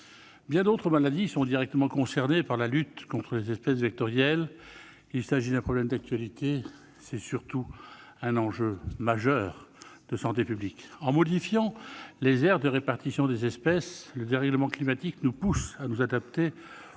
Bien d'autres maladies sont directement concernées par la lutte contre les espèces vectorielles. S'il s'agit d'un problème d'actualité, c'est surtout un enjeu majeur de santé publique. En modifiant les aires de répartition des espèces, le dérèglement climatique nous pousse à nous adapter aux